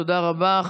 תודה רבה.